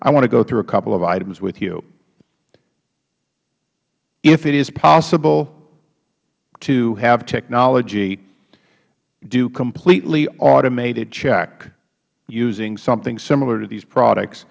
i want to go through a couple of items with you if it is possible to have technology do completely automated check using something similar to these products